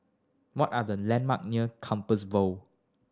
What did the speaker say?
what are the landmarks near Compassvale Bow